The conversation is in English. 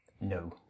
no